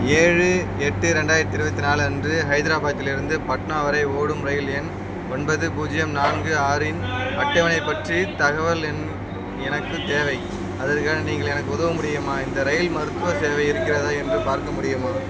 ஏழு எட்டு ரெண்டாயிரத்தி இருபத்தி நாலு அன்று ஹைதராபாத்திலிருந்து பாட்னா வரை ஓடும் ரயில் எண் ஒன்பது பூஜ்ஜியம் நான்கு ஆறின் அட்டவணை பற்றி தகவல் எனக் எனக்குத் தேவை அதற்காக நீங்கள் எனக்கு உதவ முடியுமா இந்த ரயிலில் மருத்துவ சேவை இருக்கிறதா என்று பார்க்க முடியுமா